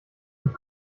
und